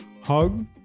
Hug